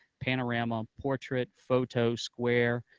panorama, portrait, photo, square.